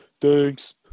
Thanks